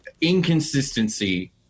inconsistency